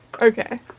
Okay